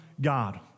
God